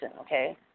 Okay